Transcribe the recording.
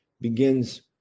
begins